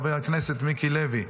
חבר הכנסת מיקי לוי,